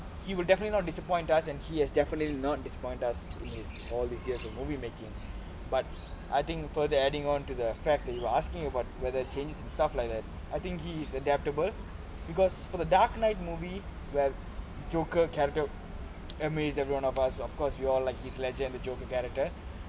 he will definitely not disappoint us and he has definitely not disappoint us in all these years of movie making but I think further adding onto the fact that you were asking about whether changes and stuff like that I think he's adaptable because for the dark knight movie where joker captured amazed everyone of us of course you all like the heath ledger character